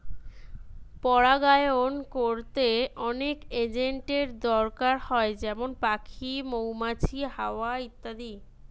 পরাগায়ন কোরতে অনেক এজেন্টের দোরকার হয় যেমন পাখি, মৌমাছি, হাওয়া ইত্যাদি